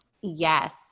Yes